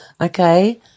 Okay